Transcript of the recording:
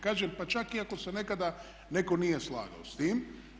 Kažem pa čak i ako se nekada netko nije slagao s tim.